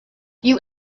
you